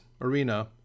arena